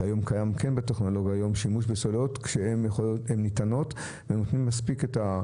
כשהיום קיימת טכנולוגיה של שימוש בסוללות שנטענות ונותנות מספיק חשמל.